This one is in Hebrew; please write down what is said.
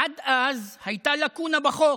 עד אז הייתה לקונה בחוק,